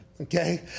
okay